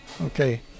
Okay